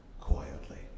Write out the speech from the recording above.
quietly